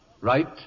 Right